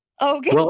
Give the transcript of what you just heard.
okay